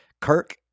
kirk